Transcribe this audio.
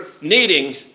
needing